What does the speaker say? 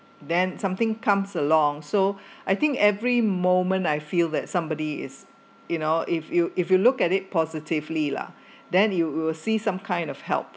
then something comes along so I think every moment I feel that somebody is you know if you if you look at it positively lah then you will see some kind of help